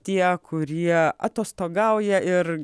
tie kurie atostogauja ir